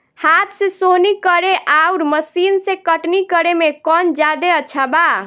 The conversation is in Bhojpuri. हाथ से सोहनी करे आउर मशीन से कटनी करे मे कौन जादे अच्छा बा?